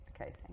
Okay